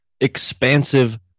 expansive